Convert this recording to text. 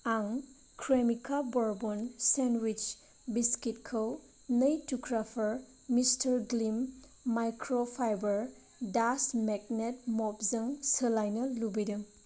आं Cremica bourbon sandwich बिस्कुटखौ नै थुख्राफोर mister Gleam micro fibre dust magnet मपजों सोलायनो लुबैदों